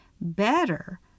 better